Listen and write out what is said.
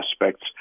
aspects